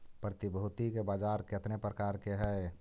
प्रतिभूति के बाजार केतने प्रकार के हइ?